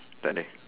takde